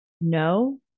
No